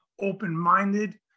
open-minded